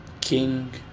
King